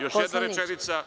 Još jedna rečenica.